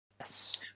yes